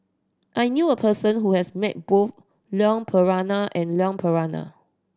I knew a person who has met both Leon Perera and Leon Perera